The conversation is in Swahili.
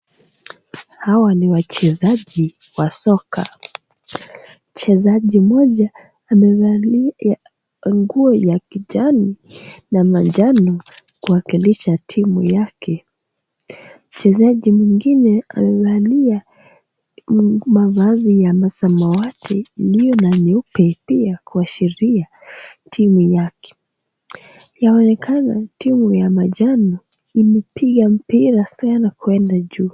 Hawa ni wachezaji wa soka. Mchezaji mmoja amevalia nguo ya kijani na manjano kuwakilisha timu yake. Mchezaji mwingine amevalia mavazi ya masamawati iliyo na nyeupe pia kuashiria timu yake. Yaonekana timu ya manjano imepiga mpira sana kwenda juu.